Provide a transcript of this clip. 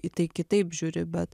į tai kitaip žiūri bet